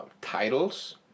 titles